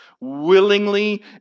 willingly